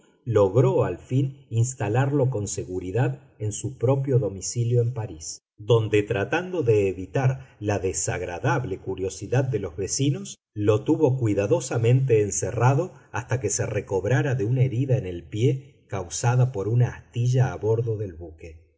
logró al fin instalarlo con seguridad en su propio domicilio en parís donde tratando de evitar la desagradable curiosidad de los vecinos lo tuvo cuidadosamente encerrado hasta que se recobrara de una herida en el pie causada por una astilla a bordo del buque